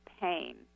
pain